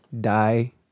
Die